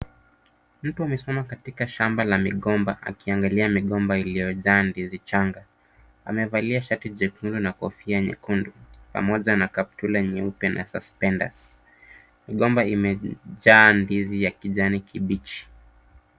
Mtu amesimama katika shamba la migomba akiangalia migomba iliyojaa ndizi changa. Amevalia shati jekundu na kofia nyekundu pamoja na kaptura nyeusi na suspenders . Migomba imejaa ndizi ya kijani kibichi.